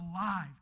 alive